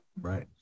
right